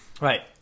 Right